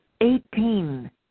Eighteen